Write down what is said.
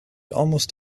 almost